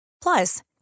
Plus